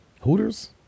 Hooters